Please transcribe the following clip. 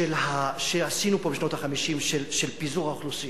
שעשינו פה בשנות ה-50, של פיזור האוכלוסייה,